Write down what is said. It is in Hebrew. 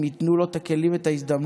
אם ייתנו לו את הכלים ואת ההזדמנות,